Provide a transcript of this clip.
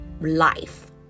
life